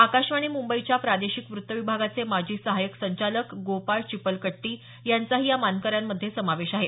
आकाशवाणी मुंबईच्या प्रादेशिक वृत्त विभागाचे माजी सहायक संचालक गोपाळ चिपलकट्टी यांचाही या मानकऱ्यांमधे समावेश आहे